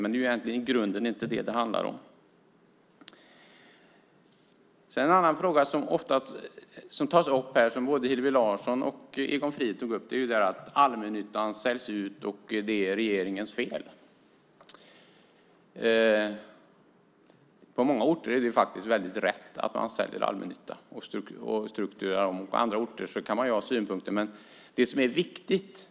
Men det är i grunden inte det som det handlar om. En annan fråga som tas upp här, av både Hillevi Larsson och Egon Frid, är att allmännyttan säljs ut och att det är regeringens fel. På många orter är det rätt att sälja allmännyttan och strukturera om, och på andra orter kan man ha synpunkter på vad som är rätt.